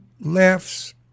Laughs